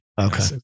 Okay